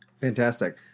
Fantastic